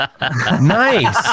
Nice